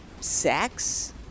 sex